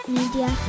Media